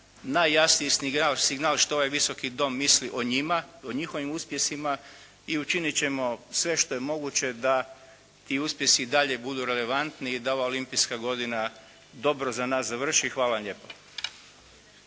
najjasniji signal što ovaj Visoki dom misli o njima, o njihovim uspjesima i učiniti ćemo sve što je moguće da ti uspjesi i dalje budu relevantni i da ova olimpijska godina dobro za nas završi. Hvala vam lijepo.